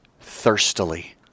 thirstily